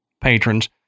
patrons